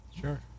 Sure